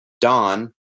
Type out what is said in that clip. Don